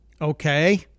Okay